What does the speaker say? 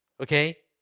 Okay